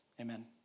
Amen